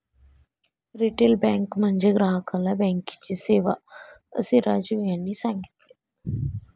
retail bank म्हणजे ग्राहकाला बँकेची सेवा, असे राजीव यांनी सांगितले